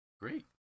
great